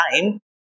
time